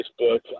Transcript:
Facebook